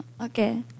okay